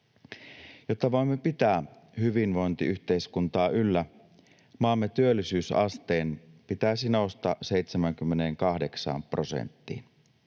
Jotta voimme pitää hyvinvointiyhteiskuntaa yllä, maamme työllisyysasteen pitäisi nousta 78 prosenttiin.